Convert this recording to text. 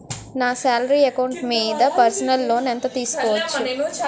నా salary account మీద personal loan ఎంత తీసుకోవచ్చు?